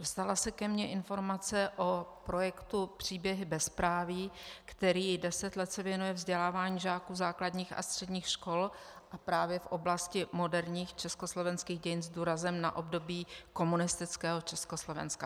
Dostala se ke mně informace o projektu Příběhy bezpráví, který se deset let věnuje vzdělávání žáků základních a středních škol právě v oblasti moderních československých dějin s důrazem na období komunistického Československa.